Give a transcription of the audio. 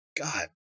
God